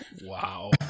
Wow